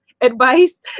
advice